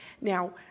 Now